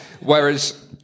Whereas